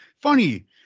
funny